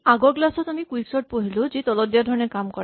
আগৰ ক্লাচ ত আমি কুইকচৰ্ট পঢ়িলো যি তলত দিয়া ধৰণে কাম কৰে